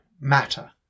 matter